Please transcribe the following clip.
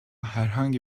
herhangi